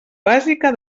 bàsica